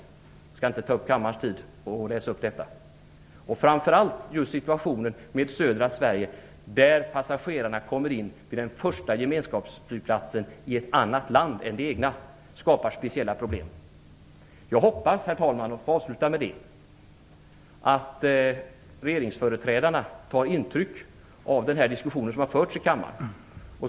Jag skall inte ta upp kammarens tid med att läsa upp detta. Framför allt situationen i södra Sverige, där passagerarna kommer in till den första gemenskapsflygplatsen i ett annat land än det egna, skapar speciella problem. Jag hoppas, herr talman, och avslutar med det, att regeringsföreträdarna tar intryck av den diskussion som har förts i kammaren.